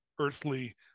earthly